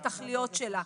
התכליות שלה.